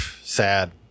Sad